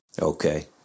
Okay